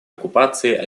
оккупации